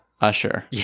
usher